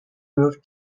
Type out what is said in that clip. moved